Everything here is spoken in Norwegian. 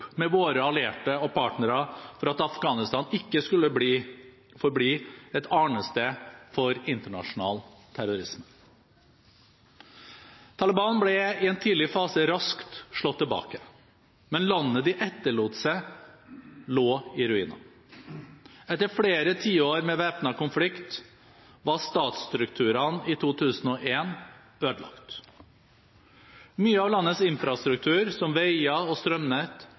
med våre allierte og partnere for at Afghanistan ikke skulle forbli et arnested for internasjonal terrorisme. Taliban ble i en tidlig fase raskt slått tilbake. Men landet de etterlot seg, lå i ruiner. Etter flere tiår med væpnet konflikt var statsstrukturene i 2001 ødelagt. Mye av landets infrastruktur, som veier og strømnett,